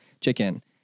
chicken